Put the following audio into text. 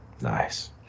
Nice